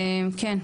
כן.